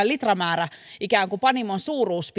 litramäärä ikään kuin panimon suuruus